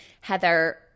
Heather